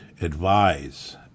advise